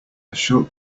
short